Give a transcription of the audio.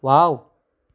wow